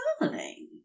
Darling